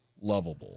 lovable